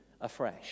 afresh